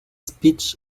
speech